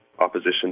opposition